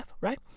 right